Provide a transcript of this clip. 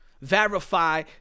Verify